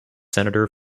senator